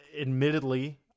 Admittedly